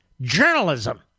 journalism